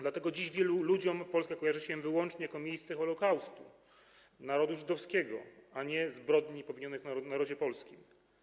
Dlatego dziś wielu ludziom Polska kojarzy się wyłącznie jako miejsce Holokaustu narodu żydowskiego, a nie zbrodni popełnionych na narodzie polskim.